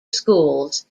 schools